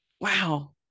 wow